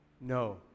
No